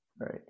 Right